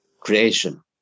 creation